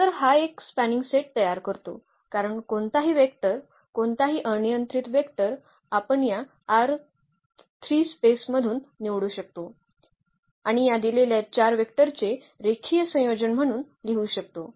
तर हा एक स्पॅनिंग सेट तयार करतो कारण कोणताही वेक्टर कोणताही अनियंत्रित वेक्टर आपण या स्पेस मधून निवडू शकतो आणि या दिलेल्या 4 वेक्टरचे रेखीय संयोजन म्हणून लिहू शकतो